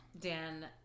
Dan